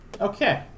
Okay